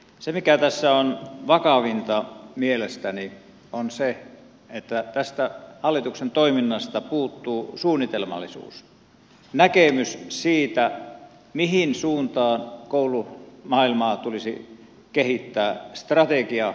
se mikä tässä on vakavinta mielestäni on se että tästä hallituksen toiminnasta puuttuu suunnitelmallisuus näkemys siitä mihin suuntaan koulumaailmaa tulisi kehittää strategia miten sinne päästäisiin